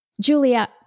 Julia